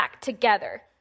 together